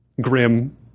grim